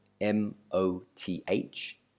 M-O-T-H